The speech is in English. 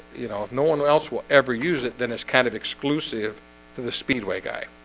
you know no one else will ever use it then it's kind of exclusive to the speedway guy